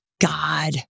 God